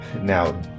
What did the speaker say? Now